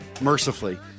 Mercifully